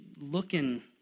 looking